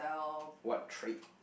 what trait